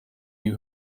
you